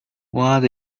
what